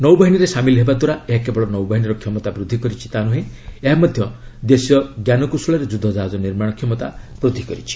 ନୌବାହିନୀରେ ସାମିଲ ହେବା ଦ୍ୱାରା ଏହା କେବଳ ନୌବାହିନୀର କ୍ଷମତା ବୃଦ୍ଧି କରିଛି ତା'ନୁହେଁ ଏହା ମଧ୍ୟ ଦେଶୀୟ ଜ୍ଞାନକୌଶଳରେ ଯୁଦ୍ଧ ଜାହାଜ ନିର୍ମାଣ କ୍ଷମତା ବୃଦ୍ଧି କରିଛି